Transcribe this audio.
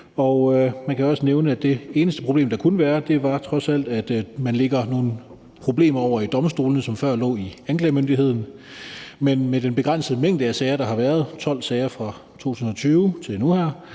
man kan også nævne, at det eneste problem, der trods alt kunne være, er, at man lægger nogle problemer over hos domstolene, som før lå hos anklagemyndigheden. Men med den begrænsede mængde af sager, der har været – 12 sager fra 2020 til nu her,